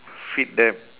feed them